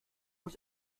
muss